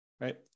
right